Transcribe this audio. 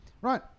Right